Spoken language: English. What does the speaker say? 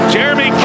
Jeremy